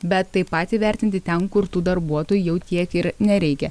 bet taip pat įvertinti ten kur tų darbuotojų jau tiek ir nereikia